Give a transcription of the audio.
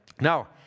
Now